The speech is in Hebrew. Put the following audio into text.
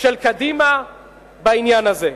של קדימה בעניין הזה.